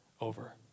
over